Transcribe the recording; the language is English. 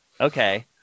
Okay